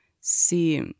See